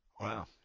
Wow